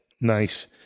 Nice